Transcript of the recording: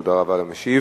תודה רבה למשיב.